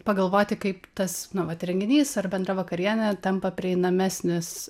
pagalvoti kaip tas nu vat renginys ar bendra vakarienė tampa prieinamesnis